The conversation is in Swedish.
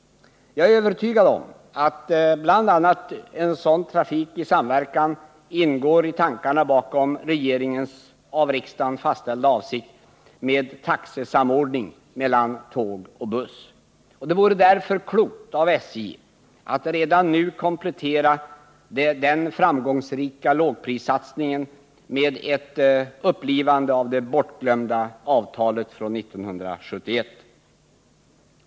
Jag är övertygad om att bl.a. en sådan trafik i samverkan ingår i tankarna bakom regeringens av riksdagen fastställda avsikt med taxesamordning mellan tåg och buss. Det vore därför klokt av SJ att redan nu komplettera den framgångsrika lågprissatsningen med ett upplivande av det bortglömda avtalet från 1971.